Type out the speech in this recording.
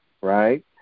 right